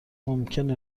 ممکنه